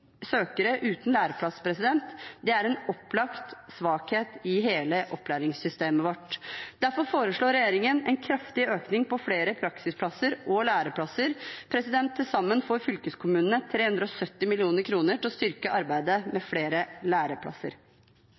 søkere uten læreplass. Dette er en opplagt svakhet i opplæringssystemet vårt. Derfor foreslår regjeringen en kraftig økning for flere praksisplasser og læreplassgarantier. Til sammen får fylkeskommunene 370 mill. kr til å styrke arbeidet for flere læreplasser.